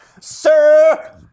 Sir